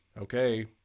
okay